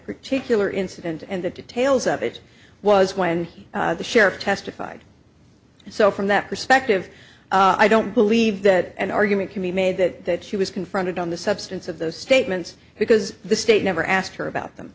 particular incident and the details of it was when the sheriff testified so from that perspective i don't believe that an argument can be made that she was confronted on the substance of those statements because the state never asked her about them